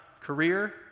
career